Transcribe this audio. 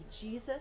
Jesus